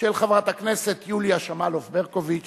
של חברת הכנסת יוליה שמאלוב-ברקוביץ,